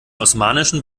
osmanischen